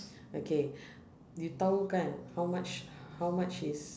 okay you tahu kan how much how much is